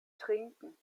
trinken